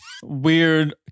Weird